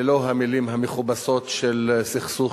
ללא המלים המכובסות של סכסוך,